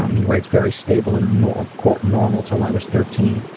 um he writes, very stable and normal normal till i was thirteen,